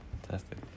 Fantastic